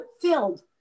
filled